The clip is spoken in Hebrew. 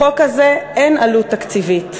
לחוק הזה אין עלות תקציבית,